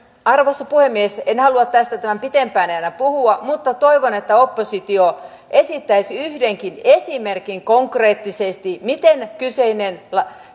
arvoisa puhemies en halua tästä tämän pitempään enää puhua mutta toivon että oppositio esittäisi yhdenkin esimerkin konkreettisesti miten kyseinen